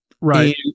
right